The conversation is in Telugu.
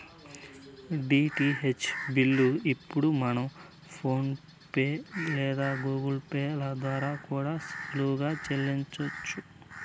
డీటీహెచ్ బిల్లు ఇప్పుడు మనం ఫోన్ పే లేదా గూగుల్ పే ల ద్వారా కూడా సులువుగా సెల్లించొచ్చు